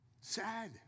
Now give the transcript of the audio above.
Sad